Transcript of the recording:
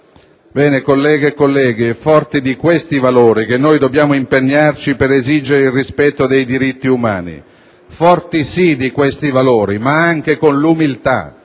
Bene, colleghe e colleghi, è forti di questi valori che dobbiamo impegnarci per esigere il rispetto dei diritti umani, forti sì di questi valori, ma anche con l'umiltà